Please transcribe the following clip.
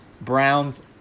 Browns